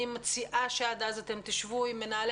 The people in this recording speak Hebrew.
אני מציעה שעד אז אתם תשבו עם מנהלי